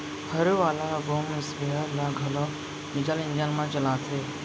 हरू वाला boom sprayer ल घलौ डीजल इंजन म चलाथें